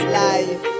life